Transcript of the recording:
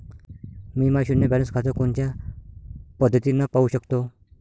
मी माय शुन्य बॅलन्स खातं कोनच्या पद्धतीनं पाहू शकतो?